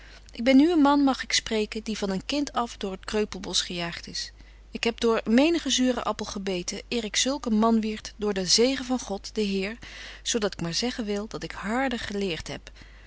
ik ben nu een man mag ik spreken die van een kind af door t kreupelbosch gejaagt is ik heb door menigen zuren appel gebeten eer ik zulk een man wierd door den zegen van god den heer zo dat ik maar zeggen wil dat ik harden geleert heb